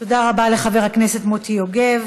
תודה רבה לחבר הכנסת מוטי יוגב.